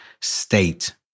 state